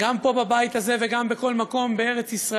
גם פה, בבית הזה, וגם בכל מקום בארץ-ישראל,